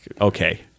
okay